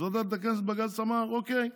אז ועדת הכנסת, בג"ץ אמר: אוקיי,